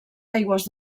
aigües